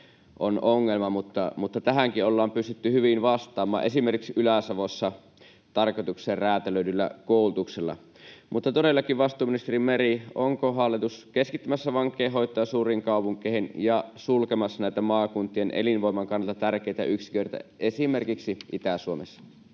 on ongelma, mutta tähänkin ollaan pystytty hyvin vastaamaan — esimerkiksi Ylä-Savossa tarkoitukseen räätälöidyllä koulutuksella. Mutta todellakin, vastuuministeri Meri: onko hallitus keskittämässä vankeinhoitoa suuriin kaupunkeihin ja sulkemassa näitä maakuntien elinvoiman kannalta tärkeitä yksiköitä esimerkiksi Itä-Suomessa?